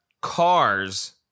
cars